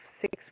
six